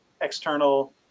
external